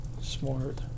Smart